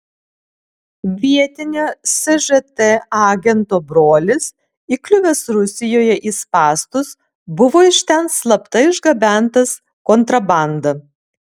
vietinio sžt agento brolis įkliuvęs rusijoje į spąstus buvo iš ten slapta išgabentas kontrabanda